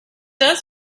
does